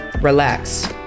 relax